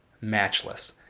matchless